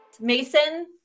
Mason